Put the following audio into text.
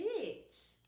bitch